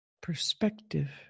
perspective